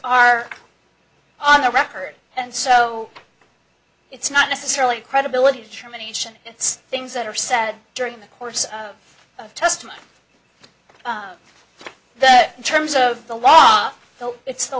are on the record and so it's not necessarily credibility germination it's things that are said during the course of testimony that in terms of the law so it's the